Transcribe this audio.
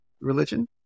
religion